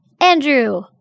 Andrew